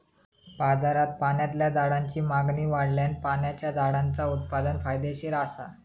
बाजारात पाण्यातल्या झाडांची मागणी वाढल्यान पाण्याच्या झाडांचा उत्पादन फायदेशीर असा